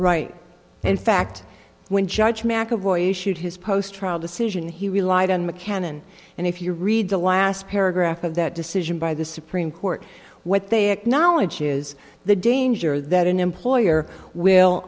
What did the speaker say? right in fact when judge mcevoy issued his post trial decision he relied on mccann and and if you read the last paragraph of that decision by the supreme court what they acknowledge is the danger that an employer will